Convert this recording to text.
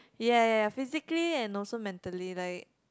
ya ya ya physically and also mentally like